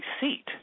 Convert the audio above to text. seat